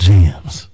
Jams